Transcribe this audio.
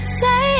say